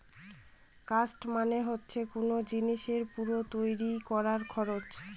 cost মানে হচ্ছে কোন জিনিসের পুরো তৈরী করার খরচ